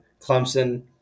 Clemson